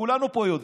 כולנו פה יודעים.